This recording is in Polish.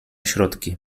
środki